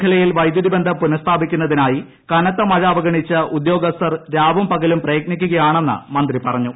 മേഖലയിൽ വൈദ്യുതി ബന്ധം പുനഃ സ്ഥാപിക്കുന്നതിനായി കനത്ത മഴ അവഗണിച്ച് ഉദ്യോഗസ്ഥർ രാവും പകലും പ്രയത്നിക്കുകയാണെന്ന് മന്ത്രി പറഞ്ഞു